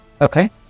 Okay